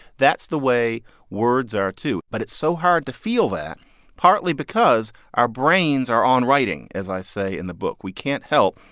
that's the way words are, too. but it's so hard to feel that partly because our brains are on writing, as i say in the book we can't help,